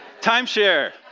Timeshare